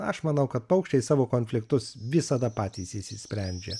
aš manau kad paukščiai savo konfliktus visada patys išsisprendžia